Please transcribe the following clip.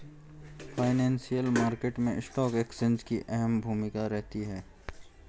financial market मैं stock exchange की अहम भूमिका रहती है